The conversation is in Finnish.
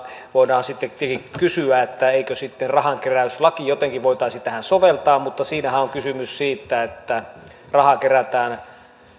voidaan tietenkin kysyä eikö sitten rahankeräyslakia jotenkin voitaisi tähän soveltaa mutta siinähän on kysymys siitä että rahaa kerätään yleishyödylliseen tarkoitukseen